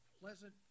pleasant